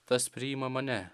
tas priima mane